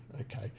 okay